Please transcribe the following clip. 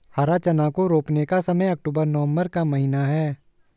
हरा चना को रोपने का समय अक्टूबर नवंबर का महीना है